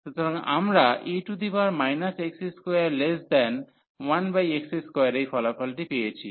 সুতরাং আমরা e x21x2 এই ফলাফলটি পেয়েছি